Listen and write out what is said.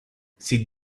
sit